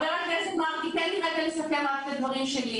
ח"כ מרגי, תן לי רגע לסכם רק את הדברים שלי.